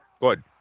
Good